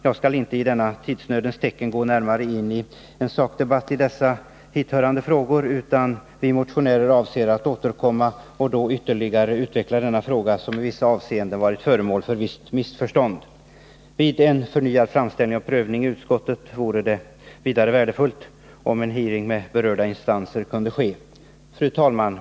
Jag skall inte i rådande tidsnöd ta upp en sakdebatt i de hithörande frågorna, utan vi motionärer avser att återkomma och då ytterligare utveckla denna fråga, som i vissa avseenden varit föremål för visst missförstånd. Vid en förnyad framställning och prövning i utskottet vore det vidare värdefullt om en hearing med berörda instanser kunde komma till stånd. Fru talman!